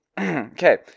Okay